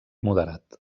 moderat